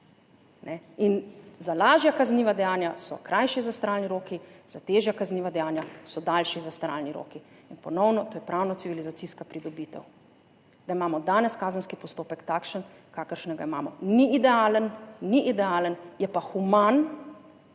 Za lažja kazniva dejanja so krajši zastaralni roki, za težja kazniva dejanja so daljši zastaralni roki. In ponovno, to je pravno-civilizacijska pridobitev, da imamo danes kazenski postopek takšen, kakršnega imamo. Ni idealen. Ni idealen, je pa human